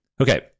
Okay